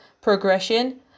progression